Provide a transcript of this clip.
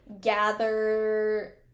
gather